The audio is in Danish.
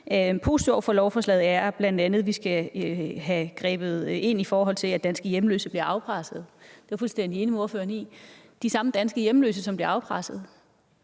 over for lovforslaget, er, at vi bl.a. skal have grebet ind, i forhold til at danske hjemløse bliver afpresset. Og det er jeg fuldstændig enig med ordføreren i. De samme danske hjemløse, som bliver afpresset,